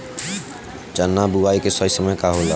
चना बुआई के सही समय का होला?